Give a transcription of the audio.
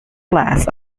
class